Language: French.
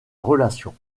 relation